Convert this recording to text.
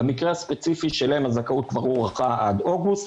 במקרה הספציפי שלהם הזכאות כבר הוארכה עד אוגוסט